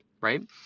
right